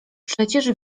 przecież